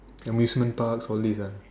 amusement parks all this